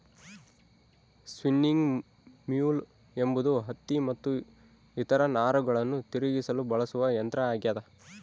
spinning mule ಎಂಬುದು ಹತ್ತಿ ಮತ್ತು ಇತರ ನಾರುಗಳನ್ನು ತಿರುಗಿಸಲು ಬಳಸುವ ಯಂತ್ರ ಆಗ್ಯದ